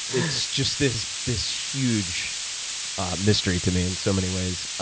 it's just this this huge mystery to me in so many ways.